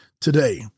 today